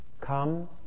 come